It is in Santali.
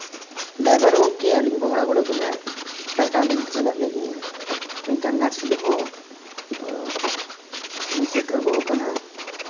ᱰᱟᱭᱵᱷᱟᱨ ᱜᱳᱢᱠᱮ ᱟᱹᱞᱤᱧ ᱵᱚᱦᱲᱟᱜᱚᱲᱟ ᱠᱷᱚᱱᱟᱜ ᱴᱟᱴᱟ ᱞᱤᱧ ᱪᱟᱞᱟᱜ ᱞᱟᱹᱜᱤᱫᱼᱟ ᱢᱮᱱᱠᱷᱟᱱ ᱜᱷᱟᱴᱥᱤᱞᱟᱹ ᱦᱚᱸᱞᱤᱧ ᱥᱮᱴᱮᱨ ᱜᱚᱫ ᱟᱠᱟᱱᱟ